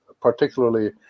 particularly